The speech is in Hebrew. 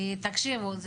תקשיבו,